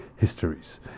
histories